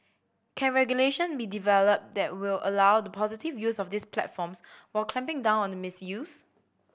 can regulation be developed that will allow the positive use of these platforms while clamping down on the misuse